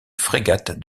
frégate